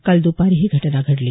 काल दुपारी ही घटना घडली